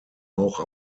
auch